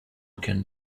can